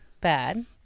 bad